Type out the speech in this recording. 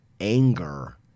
anger